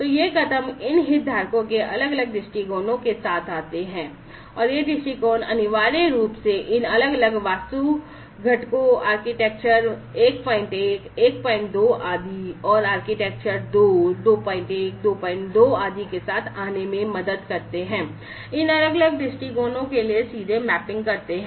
तो ये कदम इन हितधारकों के अलग अलग दृष्टिकोणों के साथ आते हैं और ये दृष्टिकोण अनिवार्य रूप से इन अलग अलग वास्तु घटकों आर्किटेक्चर 11 12 आदि और वास्तुकला 2 21 22 आदि के साथ आने में मदद करते हैं इन अलग अलग दृष्टिकोणों के लिए सीधे मैपिंग करते हैं